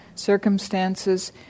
circumstances